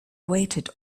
waited